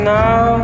now